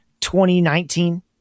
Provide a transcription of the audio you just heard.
2019